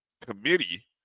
committee